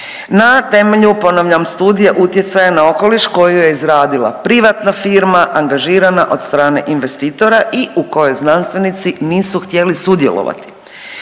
na temelju, ponavljam, Studije utjecaja na okoliš koju je izradila privatna firma angažirana od strane investitora i u kojoj znanstvenici nisu htjeli sudjelovati.